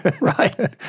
right